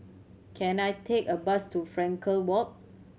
can I take a bus to Frankel Walk